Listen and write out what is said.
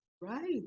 Right